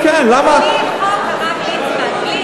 בלי חוק, הרב ליצמן, בלי חוק.